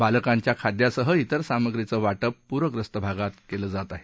बालकांच्या खाद्यासह इतर सामग्रीचं वा पि पूरग्रस्त भागात केलं जात आहे